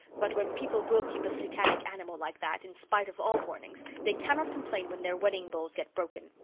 but when people will keep a satanic animal like that, in spite of all warnings, they cannot complain when their wedding bowls get broken.